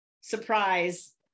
surprise